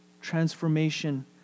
Transformation